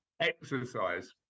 Exercise